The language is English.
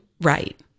right